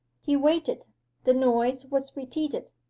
he waited the noise was repeated.